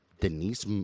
Denise